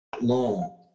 long